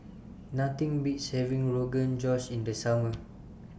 Nothing Beats having Rogan Josh in The Summer